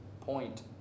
point